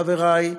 חברי,